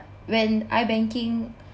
when iBanking